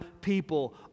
people